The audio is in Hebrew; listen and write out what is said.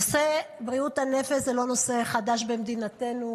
נושא בריאות הנפש זה לא נושא חדש במדינתנו,